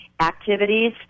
activities